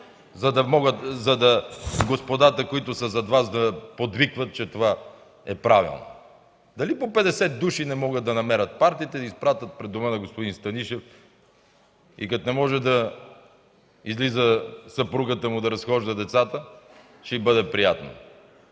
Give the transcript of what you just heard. да могат господата, които са зад Вас, да подвикват, че това е правилно? Дали не могат да намерят по 50 души партиите и да ги изпратят пред дома на господин Станишев и като не може да излиза съпругата му да разхожда децата, ще й бъде приятно?